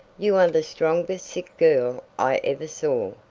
you are the strongest sick girl i ever saw,